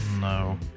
no